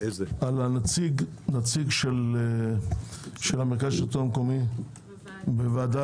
על הנציג של מרכז שלטון מקומי בוועדה